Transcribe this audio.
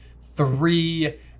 three